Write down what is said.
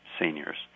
seniors